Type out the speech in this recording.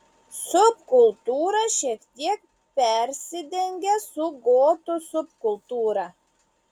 subkultūra šiek tiek persidengia su gotų subkultūra